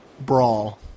brawl